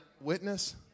witness